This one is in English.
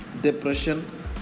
depression